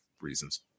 reasons